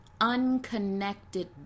unconnected